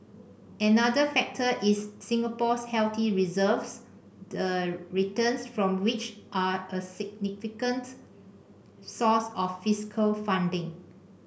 another factor is Singapore's healthy reserves the returns from which are a significant source of fiscal funding